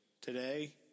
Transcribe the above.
Today